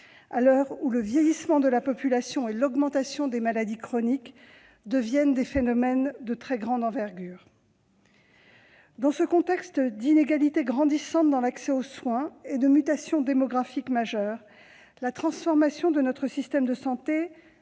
à l'heure où le vieillissement de la population et l'augmentation du nombre de maladies chroniques deviennent des phénomènes de très grande envergure. Dans un contexte d'inégalités grandissantes dans l'accès aux soins et de mutations démographiques majeures, la transformation de notre système de santé